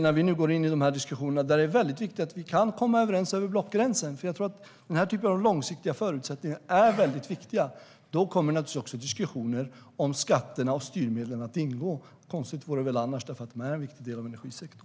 När vi nu går in i diskussionerna är det för min del väldigt viktigt att vi kan komma överens över blockgränsen, för jag tror att långsiktiga förutsättningar är väldigt viktiga. Då kommer naturligtvis också diskussioner om skatter och styrmedel att ingå. Konstigt vore det väl annars, eftersom de är en viktig del av energisektorn.